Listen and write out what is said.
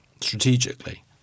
strategically